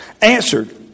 answered